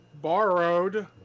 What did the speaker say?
borrowed